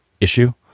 Issue